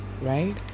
right